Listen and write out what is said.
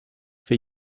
for